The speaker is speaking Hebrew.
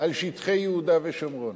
על שטחי יהודה ושומרון?